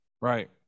Right